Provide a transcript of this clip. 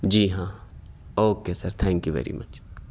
جی ہاں okay sir thank you very much